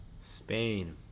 Spain